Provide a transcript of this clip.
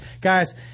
Guys